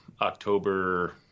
October